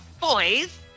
Boys